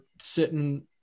sitting